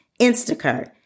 Instacart